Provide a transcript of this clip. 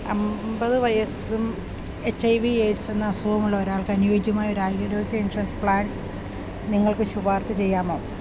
അമ്പത് വയസ്സും H I V AIDS എന്ന അസുഖവുമുള്ള ഒരാൾക്ക് അനുയോജ്യമായ ഒരു ആരോഗ്യ ഇൻഷുറൻസ് പ്ലാൻ നിങ്ങൾക്ക് ശുപാർശ ചെയ്യാമോ